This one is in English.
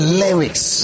lyrics